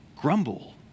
grumble